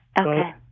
Okay